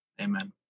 Amen